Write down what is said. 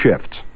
shifts